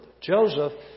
Joseph